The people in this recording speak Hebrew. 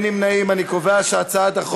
מועמד שהורשע בעבירת טרור),